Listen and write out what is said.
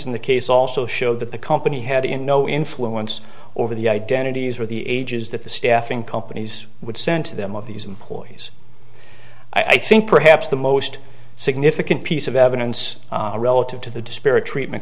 in the case also showed that the company had in no influence over the identities or the ages that the staffing companies would send to them of these employees i think perhaps the most significant piece of evidence relative to the disparate treatment